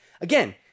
again